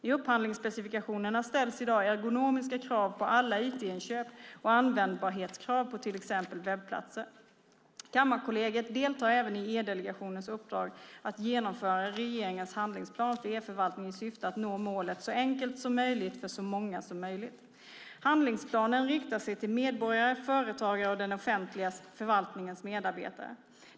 I upphandlingsspecifikationerna ställs i dag ergonomiska krav på alla IT-inköp och användbarhetskrav på till exempel webbplatser. Kammarkollegiet deltar även i E-delegationens uppdrag att genomföra regeringens handlingsplan för e-förvaltning i syfte att nå målet "så enkelt som möjligt för så många som möjligt". Handlingsplanen riktar sig till medborgare, företagare och den offentliga förvaltningens medarbetare.